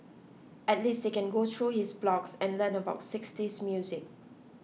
at least they can go through his blogs and learn about sixties music